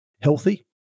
healthy